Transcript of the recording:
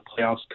playoffs